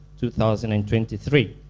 2023